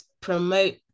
promote